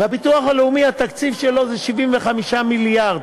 הביטוח הלאומי, התקציב שלו זה 75 מיליארד.